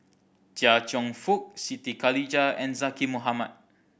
Chia Cheong Fook Siti Khalijah and Zaqy Mohamad